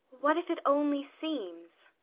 what if it only seems?